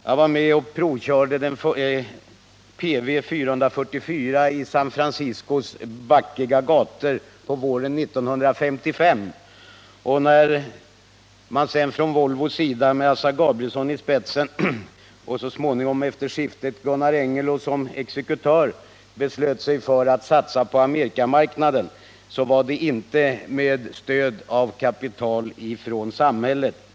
Jag var med om att provköra PV 444 på San Franciscos backiga gator på våren 1955. När man senare under året inom Volvo, med Assar Gabrielsson i spetsen och efter ledningsskiftet med Gunnar Engellau beslöt sig för att satsa på den amerikanska marknaden var det inte med stöd av kapital från samhället.